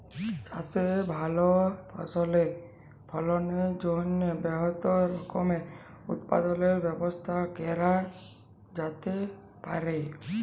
চাষে ভাল ফসলের ফলনের জ্যনহে বহুত রকমের উৎপাদলের ব্যবস্থা ক্যরা যাতে পারে